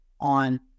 on